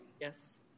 Yes